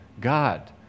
God